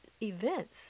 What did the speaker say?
events